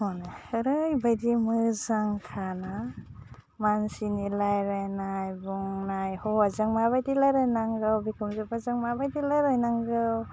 माने ओरैबायदि मोजांखाना मानसिनि लायरायनाय बुंनाय हौवाजों माबायदि लायरायनांगौ बिखुनजोफोरजों माबायदि रायलायनांगौ